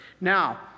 Now